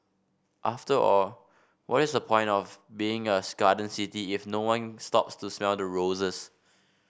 after all what is the point of being a garden city if no one stops to smell the roses